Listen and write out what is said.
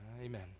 Amen